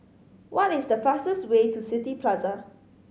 what is the fastest way to City Plaza